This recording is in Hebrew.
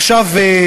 עכשיו,